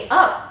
up